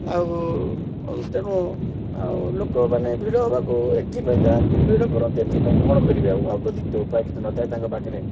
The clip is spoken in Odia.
ଆଉ ତେଣୁ ଆଉ ଲୋକମାନେ ଭିଡ଼ ହବାକୁ ଏଥିପାଇଁ ଯାଆନ୍ତି ଭିଡ଼ କରନ୍ତି ଏଥିପାଇଁ କ'ଣ କରିବେ ଆଉ ଆଉ ତ କିଛି ଉପାୟ ତ ନଥାଏ ତାଙ୍କ ପାଖରେ